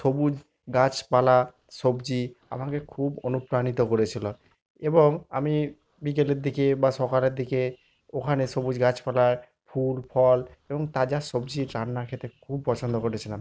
সবুজ গাছপালা সবজি আমাকে খুব অনুপ্রাণিত করেছিলো এবং আমি বিকেলের দিকে বা সকালের দিকে ওখানে সবুজ গাছপালার ফুল ফল এবং তাজা সবজির রান্না খেতে খুব পছন্দ করেছিলাম